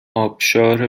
آبشار